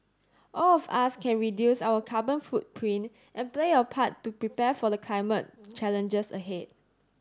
all of us can reduce our carbon footprint and play a part to prepare for the climate challenges ahead